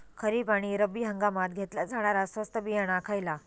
खरीप आणि रब्बी हंगामात घेतला जाणारा स्वस्त बियाणा खयला?